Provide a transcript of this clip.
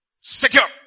secure